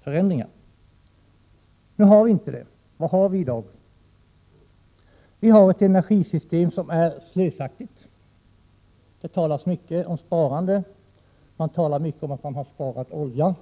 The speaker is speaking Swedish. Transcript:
förändringar. Nu har vi inte det. Vad har vi i dag? Vi har ett energisystem som är slösaktigt. Det talas mycket om sparande, om att man har sparat olja.